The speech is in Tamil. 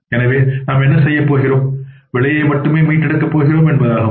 எனவே நாம் என்ன செய்யப் போகிறோம் விலையை மட்டுமே மீட்டெடுக்கப் போகிறோம் என்பதாகும்